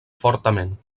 fortament